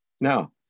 Now